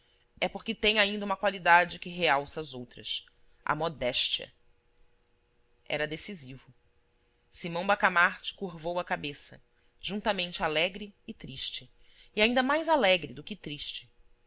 é porque tem ainda uma qualidade que realça as outras a modéstia era decisivo simão bacamarte curvou a cabeça juntamente alegre e triste e ainda mais alegre do que triste